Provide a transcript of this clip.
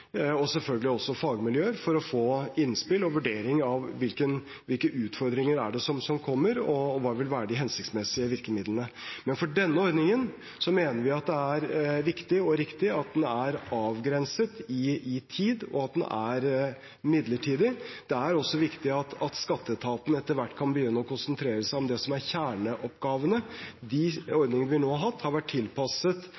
fagmiljøer, for å få innspill og vurderinger av hvilke utfordringer som kommer, og hva som vil være de hensiktsmessige virkemidlene. Men for denne ordningen mener vi at det er viktig og riktig at den er avgrenset i tid, og at den er midlertidig. Det er også viktig at skatteetaten etter hvert kan begynne å konsentrere seg om det som er kjerneoppgavene. De